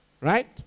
Right